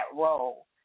role